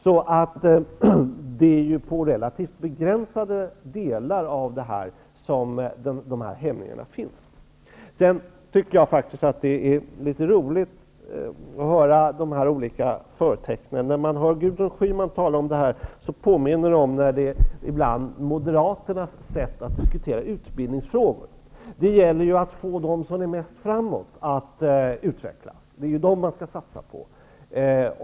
Så det är på relativt begränsade områden som det finns hämningar. Det är roligt att notera de olika förtecknen. När man hör Gudrun Schyman tala om detta, påminner det om Moderaternas sätt att diskutera utbildningsfrågor. Det gäller ju att få dem som är mest framåt att utvecklas. Det är dem som man skall satsa på.